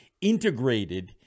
integrated